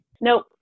Nope